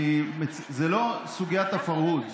זו לא סוגיית הפרהוד,